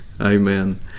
Amen